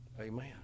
Amen